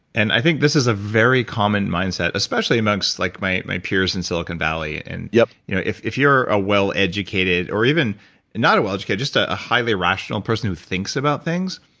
and i think this is a very common mindset, especially amongst like my my peers in silicon valley. and yeah you know if if you're a well educated or even not a well educated, just a a highly rational person who thinks about things,